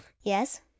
Yes